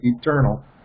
eternal